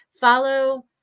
Follow